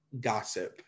gossip